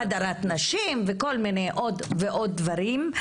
והדרת הנשים ועוד ועוד דברים.